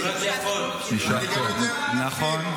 נכון.